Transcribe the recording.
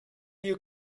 you